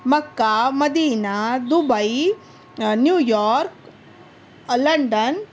Mecca Medina Dubai New York London